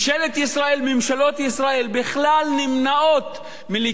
ממשלות ישראל בכלל נמנעות מלקבל סיכון,